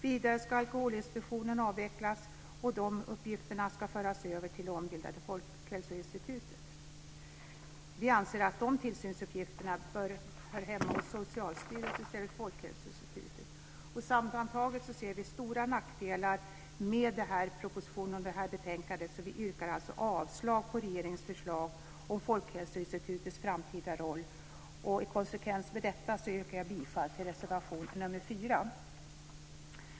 Vidare ska Alkoholinspektionen avvecklas, och de uppgifterna ska föras över till det ombildade Folkhälsoinstitutet. Vi anser att de tillsynsuppgifterna hör hemma hos Socialstyrelsen i stället för hos Folkhälsoinstitutet. Sammantaget ser vi stora nackdelar med denna proposition och detta betänkande, så vi yrkar avslag på regeringens förslag om folkhälsoinstitutets framtida roll. I konsekvens med detta yrkar jag bifall till reservation nr 4.